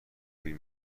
بیل